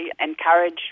encourage